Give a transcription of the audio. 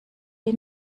die